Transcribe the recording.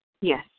Yes